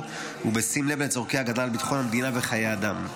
ובשים לב לצורכי ההגנה על ביטחון המדינה וחיי אדם.